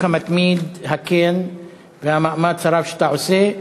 המתמיד והכן והמאמץ הרב שאתה עושה,